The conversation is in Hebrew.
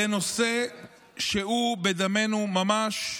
זה נושא שהוא בדמנו ממש.